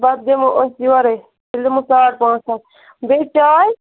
بتہٕ دِمو أسۍ یورَے تیٚلہِ دِمو ساڑ پانٛژھ بیٚیہِ چاے